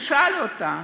הוא שאל אותה: